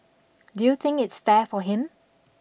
do you think it's fair for him